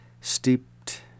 Steeped